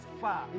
far